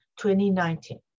2019